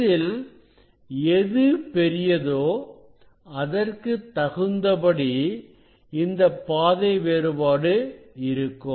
இதில் எது பெரியதோ அதற்கு தகுந்தபடி இந்த பாதை வேறுபாடு இருக்கும்